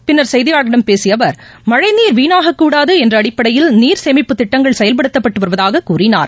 பின்னர் செய்தியாளர்களிடம் பேசியஅவர் மழைநீர் விணாகக்கூடாதுஎன்றஅடிப்படையில் நீர் சேமிப்பு திட்டங்கள் செயல்படுத்தப்பட்டுவருவதாகவும் அவர் கூறினார்